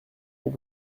nous